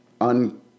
un